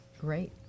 Great